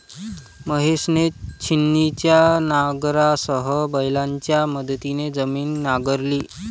महेशने छिन्नीच्या नांगरासह बैलांच्या मदतीने जमीन नांगरली